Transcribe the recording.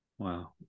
wow